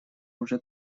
уже